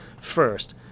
first